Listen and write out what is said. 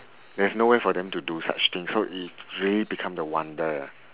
there's no way for them to do such things so it really become the wonder